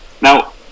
Now